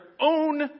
own